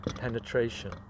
penetration